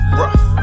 rough